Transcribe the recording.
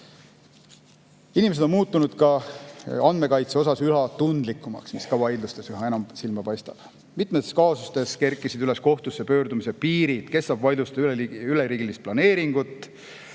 Inimesed on muutunud andmekaitse osas üha tundlikumaks ja see paistab ka vaidlustes üha enam silma. Mitmetes kaasustes kerkisid üles kohtusse pöördumise piirid: kes saab vaidlustada üleriigilist planeeringut